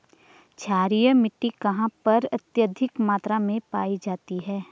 क्षारीय मिट्टी कहां पर अत्यधिक मात्रा में पाई जाती है?